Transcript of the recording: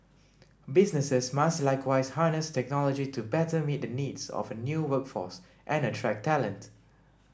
businesses must likewise harness technology to better meet the needs of a new workforce and attract talent